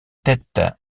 têtes